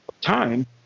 time